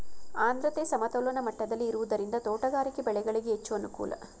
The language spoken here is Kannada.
ಆದ್ರತೆ ಸಮತೋಲನ ಮಟ್ಟದಲ್ಲಿ ಇರುವುದರಿಂದ ತೋಟಗಾರಿಕೆ ಬೆಳೆಗಳಿಗೆ ಹೆಚ್ಚು ಅನುಕೂಲ